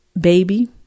baby